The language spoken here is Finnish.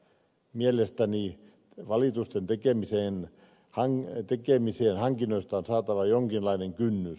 mielestäni valitusten tekemiseen hankinnoista on saatava jonkinlainen kynnys